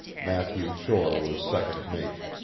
matthew shore was second mate.